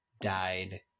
died